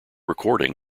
recording